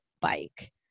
bike